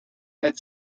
had